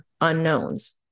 unknowns